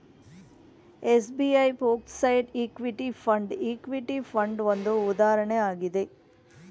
SBI focused equity fund, equity fund ಒಂದು ಉದಾಹರಣೆ ಆಗಿದೆ